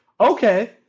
okay